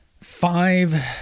five